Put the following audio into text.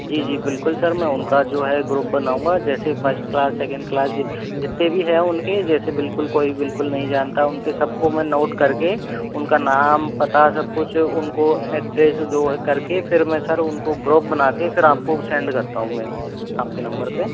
जी जी बिल्कुल सर मैं उनका जो है ग्रुप बनाऊँगा जैसे फर्स्ट क्लास सेकंड क्लास जितने भी है उनके जैसे बिल्कुल कोई बिल्कुल नहीं जानता उनके सब को मैं नौट कर के उनका नाम पता सब कुछ उनको एड्रेस जो है कर के फिर मैं सर इनमे उनका ग्रुप बना कर फिर आप को सेंड करता हूँ मैं आप के नंबर पर